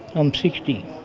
um sixty.